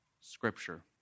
Scripture